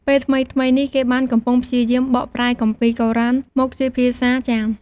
ពេលថ្មីៗនេះ គេបានកំពុងព្យាយាមបកប្រែគម្ពីរកូរ៉ានមកជាភាសាចាម។